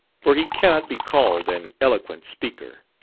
for he cannot be called an eloquent speaker.